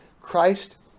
Christ